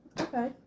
Okay